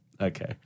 Okay